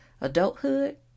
Adulthood